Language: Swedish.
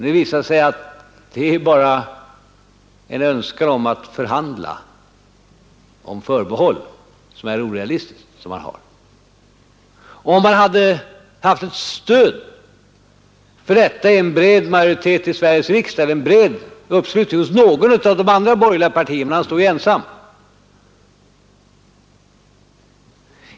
Nu visade det sig att det bara är en önskan som han har att förhandla om förbehåll, en önskan som är orealistisk. Men det hade som sagt kunnat försvaras om han hade haft ett stöd för detta i en bred majoritet i Sveriges riksdag eller i en bred uppslutning hos något av de andra borgerliga partierna — men han står ju ensam.